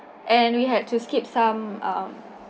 and we had to skip some um